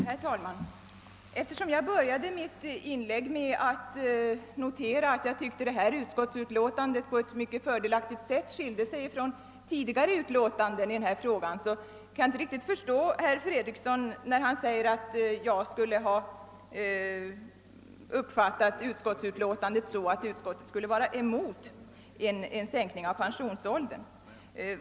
Herr talman! Eftersom jag började mitt förra inlägg med att notera att jag ansåg att detta utskottsutlåtande på ett mycket fördelaktigt sätt skilde sig från tidigare utlåtanden i denna fråga, kan jag inte riktigt förstå herr Fredriksson när han menar att jag uppfattat det så att utskottet skulle vara emot en sänkning av pensionsåldern.